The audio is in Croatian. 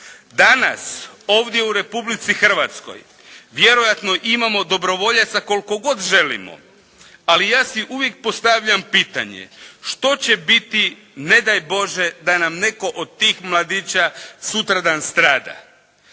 Danas ovdje u Republici Hrvatskoj vjerojatno imamo dobrovoljaca koliko god želimo. Ali ja si uvijek postavljam pitanje što će biti ne daj Bože da nam netko od tih mladića sutradan strada.